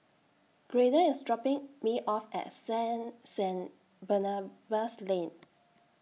Graydon IS dropping Me off At Sane Sane Barnabas Lane